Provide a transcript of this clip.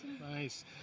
Nice